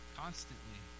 constantly